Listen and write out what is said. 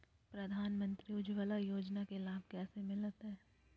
प्रधानमंत्री उज्वला योजना के लाभ कैसे मैलतैय?